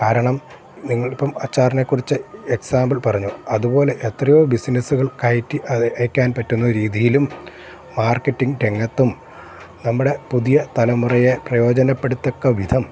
കാരണം നിങ്ങളിപ്പം അച്ചാറിനെക്കുറിച്ച് എക്സാമ്പിൾ പറഞ്ഞു അതുപോലെ എത്രയോ ബിസിനസുകൾ കയറ്റി അത് അയക്കാൻ പറ്റുന്ന രീതിയിലും മാർക്കറ്റിങ് രംഗത്തും നമ്മുടെ പുതിയ തലമുറയെ പ്രയോജനപ്പെടുക്കത്തക്ക വിധം